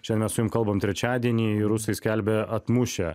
čia mes su jum kalbam trečiadienį rusai skelbia atmušę